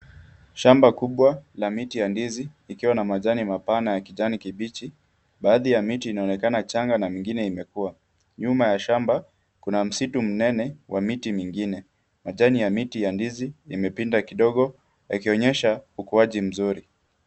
Shamba kubwa, la miti ya ndizi, likiwa na majani mapana ya kijani kibichi. Baadhi ya miti inaonekana changa, na mingine imekua. Nyuma ya shamba, kuna msitu mnene wa miti mingine. Majani ya miti ya ndizi imepinda kidogo, yakionyesha ukuaji mzuri.